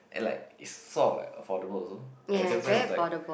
and like it's sort of like affordable also at the same time is like